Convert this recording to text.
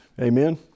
Amen